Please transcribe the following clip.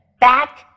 back